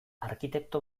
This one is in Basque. arkitekto